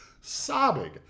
Sobbing